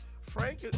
Frank